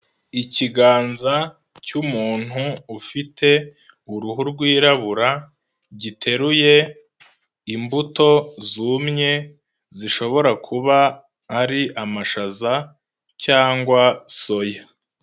Ikiganza cy'umuntu ufite uruhu rwirabura giteruye imbuto zumye zishobora kuba ari amashaza cyangwa soya.